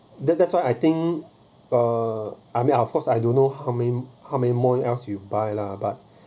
that that's why I think uh I mean of course I don't know how many how many more else you buy lah but